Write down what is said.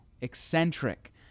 eccentric